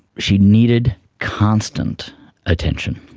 she needed constant attention,